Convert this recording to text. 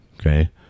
Okay